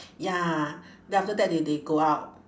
ya then after that they they go out